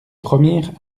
promirent